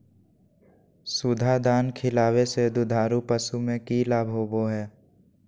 सुधा दाना खिलावे से दुधारू पशु में कि लाभ होबो हय?